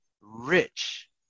rich